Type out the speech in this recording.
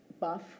buff